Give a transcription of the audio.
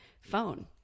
phone